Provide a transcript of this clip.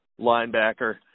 linebacker